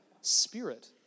spirit